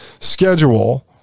schedule